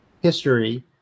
history